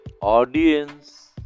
audience